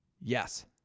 Yes